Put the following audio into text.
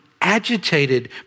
agitated